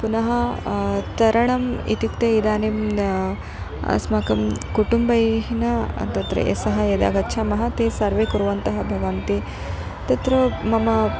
पुनः तरणम् इत्युक्ते इदानीं अस्माकं कुटुम्बैः न तत्र यस्य यदा गच्छामः ते सर्वे कुर्वन्तः भवन्ति तत्र मम